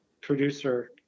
producer